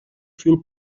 fil